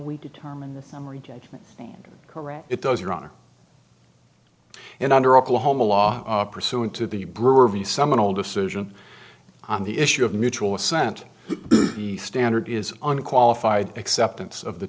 we determine the summary judgment and correct it does your honor and under oklahoma law pursuant to the brewery seminal decision on the issue of mutual assent the standard is unqualified acceptance of the